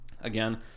again